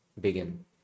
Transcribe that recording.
begin